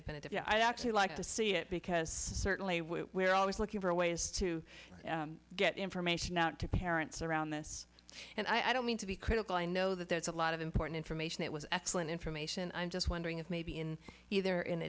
have been if you i'd actually like to see it because certainly we're always looking for ways to get information out to parents around this and i don't mean to be critical i know that there's a lot of important information it was excellent information i'm just wondering if maybe in either in